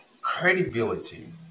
Credibility